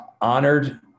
honored